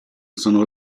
sono